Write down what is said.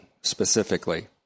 specifically